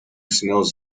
smells